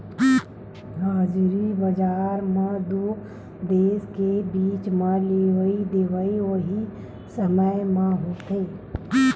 हाजिरी बजार म दू देस के बीच म लेवई देवई उहीं समे म होथे